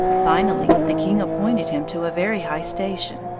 finally, the king appointed him to a very high station,